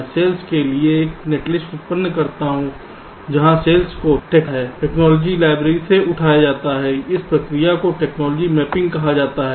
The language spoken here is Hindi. मैं सेल्स की एक नेटलिस्ट उत्पन्न करता हूं जहां सेल्स को टेक्नोलॉजी लाइब्रेरी से उठाया जाता है इस प्रक्रिया को टेक्नोलॉजी मैपिंग जाता है